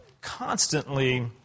constantly